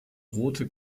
rote